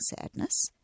sadness